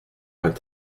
vingt